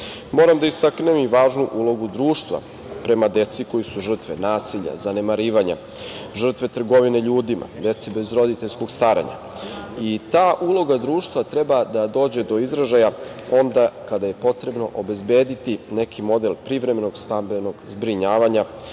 da istaknem i važnu ulogu društva prema deci koja su žrtve nasilja, zanemarivanja, žrtve trgovine ljudima, dece bez roditeljskog staranja. Ta uloga društva treba da dođe do izražaja onda kada je potrebno obezbediti neki model privremenog stambenog zbrinjavanja